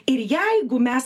ir jeigu mes